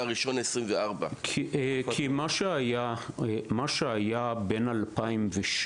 כי מה שהיה בין 2006